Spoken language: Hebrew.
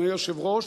אדוני היושב-ראש,